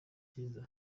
cyiza